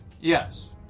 Yes